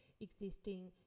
existing